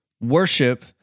worship